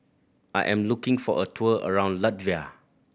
I am looking for a tour around Latvia